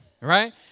Right